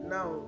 Now